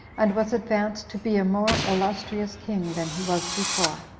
and was advanced to be a more illustrious king than he was before.